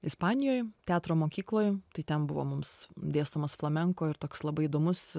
ispanijoj teatro mokykloj tai ten buvo mums dėstomas flamenko ir toks labai įdomus